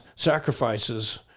Sacrifices